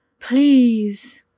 please